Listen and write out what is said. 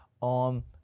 on